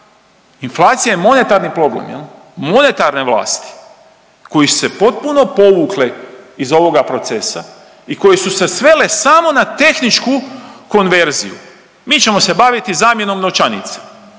Inflacija je monetarni problem, monetarne vlasti koji su se potpuno povukle iz ovoga procesa i koje su se svele samo na tehničku konverziju. Mi ćemo se baviti zamjenom novčanica,